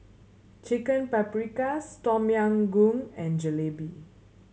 Chicken Paprikas Tom Yam Goong and Jalebi